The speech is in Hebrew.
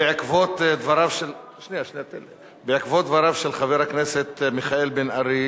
בעקבות דבריו של חבר הכנסת מיכאל בן-ארי